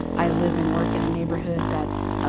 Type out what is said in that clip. i live and work in a neighborhood that's